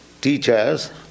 teachers